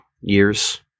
years